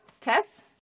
Tess